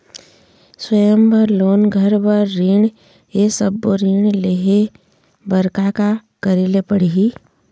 स्वयं बर लोन, घर बर ऋण, ये सब्बो ऋण लहे बर का का करे ले पड़ही?